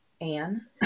Anne